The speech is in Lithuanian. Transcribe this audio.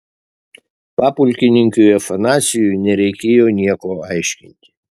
papulkininkiui afanasijui nereikėjo nieko aiškinti